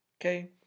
Okay